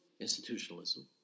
institutionalism